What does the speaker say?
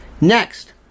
Next